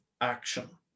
action